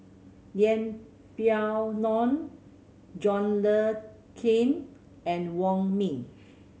Yeng Pway Ngon John Le Cain and Wong Ming